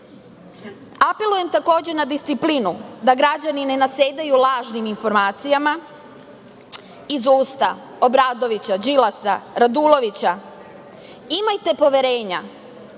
nauke. Apelujem, takođe, na disciplinu, da građani ne nasedaju lažnim informacijama iz usta Obradovića, Đilasa, Radulovića. Imajte poverenja